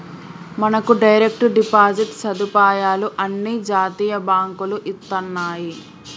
మనకు direct deposit సదుపాయాలు అన్ని జాతీయ బాంకులు ఇత్తన్నాయి